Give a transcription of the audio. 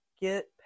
get